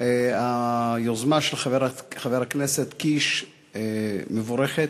היוזמה של חבר הכנסת קיש מבורכת,